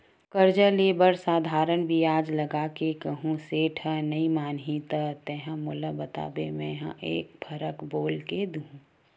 करजा ले बर साधारन बियाज लगा के कहूँ सेठ ह नइ मानही त तेंहा मोला बताबे मेंहा एक फरक बोल के देखहूं